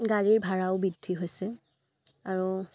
গাড়ীৰ ভাড়াও বৃদ্ধি হৈছে আৰু